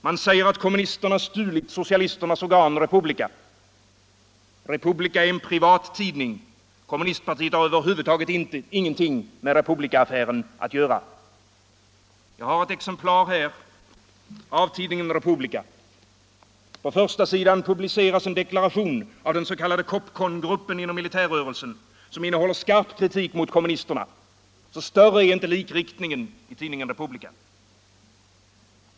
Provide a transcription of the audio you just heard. Man säger att kommunisterna stulit socialisternas organ Republica. Republica är en privat tidning. Kommunisterna har över huvud taget ingenting med Republicaaffären att göra. Jag har ett exemplar här av tidningen Republica. På förstasidan publiceras en deklaration av den s.k. Copcongruppen inom militärrörelsen, som innehåller skarp kritik mot kommunisterna. Större är alltså inte likriktningen i tidningen Republica.